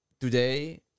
today